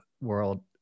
world